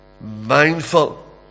mindful